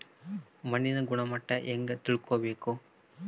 ಮಣ್ಣಿನ ಗುಣಮಟ್ಟ ಹೆಂಗೆ ತಿಳ್ಕೊಬೇಕು?